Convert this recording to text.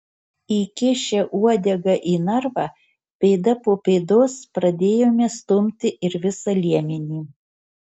įkišę uodegą į narvą pėda po pėdos pradėjome stumti ir visą liemenį